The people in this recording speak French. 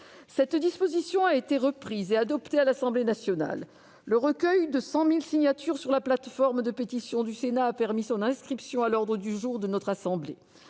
Cette disposition a été reprise et adoptée à l'Assemblée nationale. Le recueil de cent mille signatures sur la plateforme de pétition du Sénat a permis son inscription à l'ordre du jour de notre assemblée.